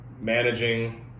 managing